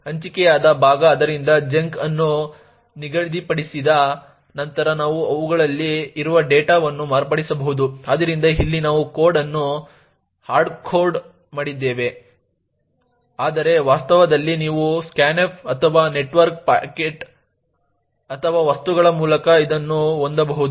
ಹಂಚಿಕೆಯಾದ ಭಾಗ ಆದ್ದರಿಂದ ಚಂಕ್ ಅನ್ನು ನಿಗದಿಪಡಿಸಿದ ನಂತರ ನಾವು ಅವುಗಳಲ್ಲಿ ಇರುವ ಡೇಟಾವನ್ನು ಮಾರ್ಪಡಿಸಬಹುದು ಆದ್ದರಿಂದ ಇಲ್ಲಿ ನಾವು ಕೋಡ್ ಅನ್ನು ಹಾರ್ಡ್ ಕೋಡ್ ಮಾಡಿದ್ದೇವೆ ಆದರೆ ವಾಸ್ತವದಲ್ಲಿ ನೀವು scanf ಅಥವಾ ನೆಟ್ವರ್ಕ್ ಪ್ಯಾಕೆಟ್ ಅಥವಾ ವಸ್ತುಗಳ ಮೂಲಕ ಇದನ್ನು ಹೊಂದಬಹುದು